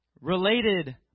related